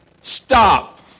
Stop